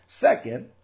Second